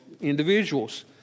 individuals